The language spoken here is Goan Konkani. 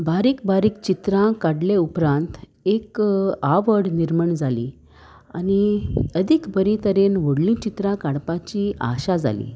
बारीक बारीक चित्रां काडले उपरांत एक आवड निर्माण जाली आनी अदीक बरी तरेन व्हडलीं चित्रां काडपाची आशा जाली